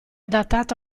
datato